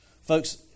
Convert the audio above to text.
Folks